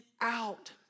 out